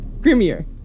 Grimier